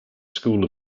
school